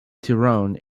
tyrone